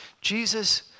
Jesus